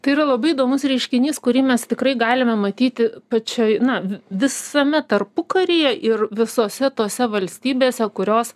tai yra labai įdomus reiškinys kurį mes tikrai galime matyti pačioj na visame tarpukaryje ir visose tose valstybėse kurios